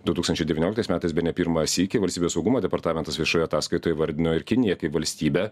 du tūkstančiai devynioliktais metais bene pirmą sykį valstybės saugumo departamentas viešoje ataskaitoje įvardino ir kiniją kaip valstybę